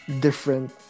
different